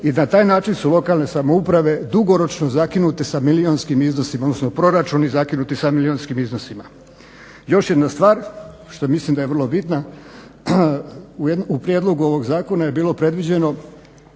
I na taj način su lokalne samouprave dugoročno zakinute sa milijunskim iznosima, odnosno proračuni zakinuti sa milijunskim iznosima. Još jedna stvar što mislim da je vrlo bitna. U prijedlogu ovog zakona je bilo predviđeno